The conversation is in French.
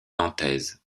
nantaise